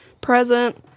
present